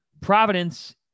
Providence